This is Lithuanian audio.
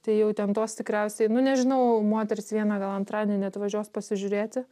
tai jau ten tos tikriausiai nu nežinau moteris viena gal antradienį atvažiuos pasižiūrėti